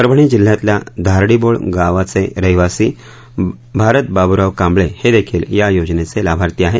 परभणी जिल्ह्यातल्या धारडीबोळ गावाचे रहिवासी भारत बाबूराव कांबळे हे देखिल या योजनेचे लाभार्थी आहेत